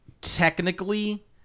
technically